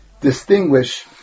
distinguish